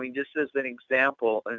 i mean just as an example, and